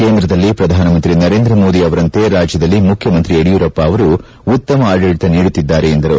ಕೇಂದ್ರದಲ್ಲಿ ಪ್ರಧಾನಿ ನರೇಂದ್ರ ಮೋದಿ ಅವರಂತೆ ರಾಜ್ಯದಲ್ಲಿ ಮುಖ್ಯಮಂತ್ರಿ ಯಡಿಯೂರಪ್ಪನವರು ಉತ್ತಮ ಆಡಳತ ನೀಡುತ್ತಿದ್ದಾರೆ ಎಂದರು